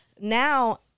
now